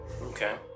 Okay